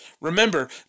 Remember